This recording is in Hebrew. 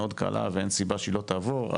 מאוד קלה ואין סיבה שהיא לא תעבור.